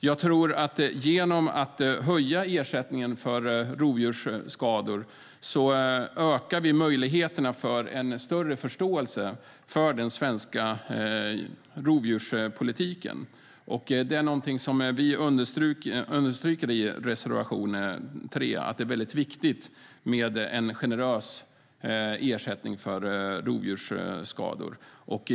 Jag tror att vi genom att höja ersättningen för rovdjursskador ökar möjligheterna för en större förståelse för den svenska rovdjurspolitiken. Vi understryker i reservation 3 att det är väldigt viktigt med en generös ersättning för rovdjursskador.